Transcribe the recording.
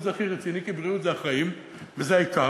זה הכי רציני כי בריאות זה החיים וזה העיקר,